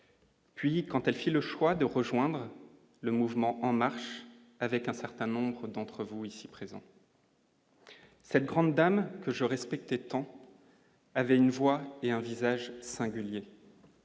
Puis quand elle fit le choix de rejoindre le mouvement en marche avec un certain nombre d'entre vous, ici présent. Cette grande dame, que je respecte étant. Avait une voix et un visage singulier.